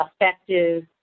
effective